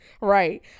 right